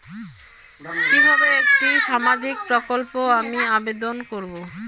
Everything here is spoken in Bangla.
কিভাবে একটি সামাজিক প্রকল্পে আমি আবেদন করব?